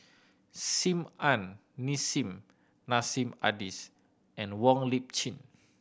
Sim Ann Nissim Nassim Adis and Wong Lip Chin